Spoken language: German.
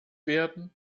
werden